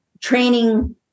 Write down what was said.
training